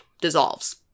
dissolves